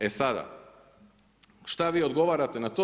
E sada, šta vi odgovarate na to?